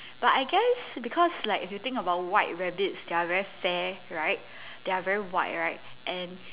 but I guess because like if you think about white rabbits they're very fair right they're very white right and